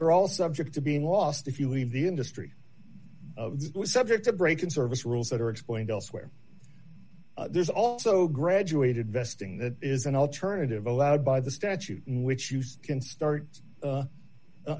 are all subject to being lost if you leave the industry subject to break in service rules that are explained elsewhere there's also graduated vesting that is an alternative allowed by the statute which you can start u